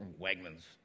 Wegmans